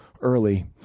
early